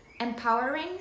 empowering